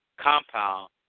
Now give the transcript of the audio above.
compound